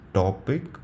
topic